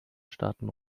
starten